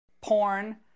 porn